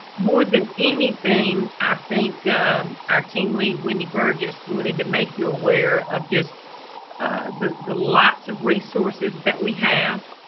more than anything, i think our team lead, wendy burgess, wanted to make you aware of just the the lots of resources that we have